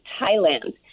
Thailand